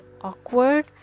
awkward